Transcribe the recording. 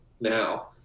now